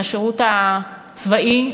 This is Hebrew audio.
מהשירות הצבאי.